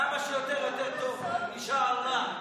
כמה שיותר, יותר טוב, אינשאללה.